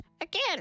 Again